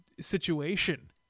situation